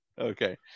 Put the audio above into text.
Okay